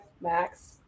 max